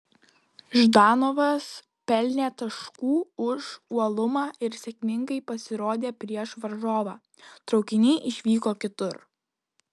ždanovas pelnė taškų už uolumą ir sėkmingai pasirodė prieš varžovą traukiniai išvyko kitur